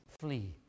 flee